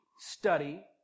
study